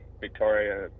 Victoria